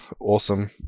awesome